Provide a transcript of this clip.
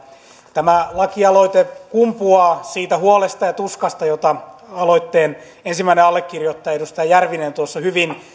tämä lakialoite kumpuaa siitä huolesta ja tuskasta jota aloitteen ensimmäinen allekirjoittaja edustaja järvinen hyvin